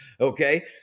okay